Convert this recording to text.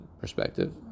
perspective